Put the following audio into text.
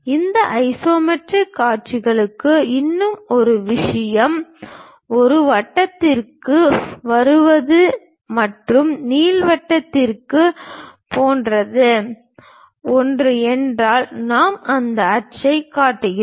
இந்த ஐசோமெட்ரிக் காட்சிகளுக்கு இன்னும் ஒரு விஷயம் அது வட்டத்திலிருந்து வருவது மற்றும் நீள்வட்டம் போன்ற ஒன்று என்றால் நாம் அந்த அச்சைக் காட்டுகிறோம்